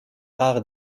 rare